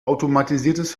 automatisiertes